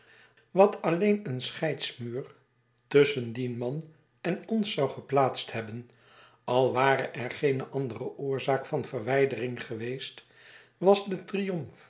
wat alleen een scheidsmuur tusschen dien man en ons zou geplaatst hebben al ware er geene andere oorzaak van verwijdering geweest was de triomf